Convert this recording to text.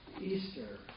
Easter